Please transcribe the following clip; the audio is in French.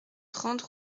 trente